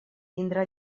tindrà